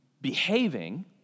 behaving